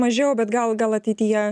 mažiau bet gal gal ateityje